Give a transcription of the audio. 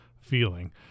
feeling